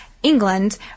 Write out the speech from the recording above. England